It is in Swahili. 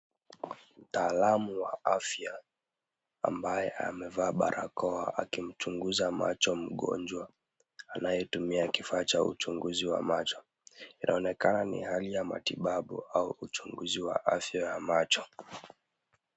Mtaalamu wa afya, ambaye amevaa barakoa akimchunguza macho mgonjwa, anayetumia kifaa cha uchunguzi wa macho. Inaonekana ni hali ya matibabu au uchunguzi wa afya ya macho.